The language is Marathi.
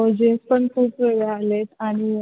हो जिन्स पण खूप वेगळे आले आहेत आणि